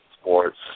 sports